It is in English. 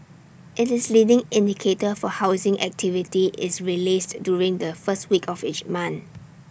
IT is leading indicator for housing activity is released during the first week of each month